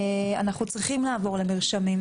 אנחנו צריכים לעבור למרשמים.